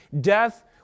Death